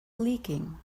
leaking